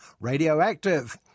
Radioactive